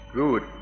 good